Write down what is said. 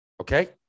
Okay